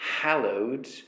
Hallowed